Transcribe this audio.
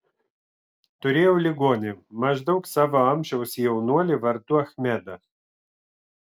turėjau ligonį maždaug savo amžiaus jaunuolį vardu achmedą